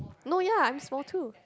no ya I'm small too